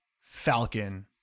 Falcon